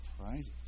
prizes